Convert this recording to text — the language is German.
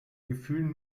gefühl